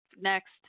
next